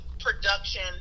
production